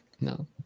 No